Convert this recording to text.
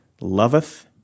loveth